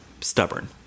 stubborn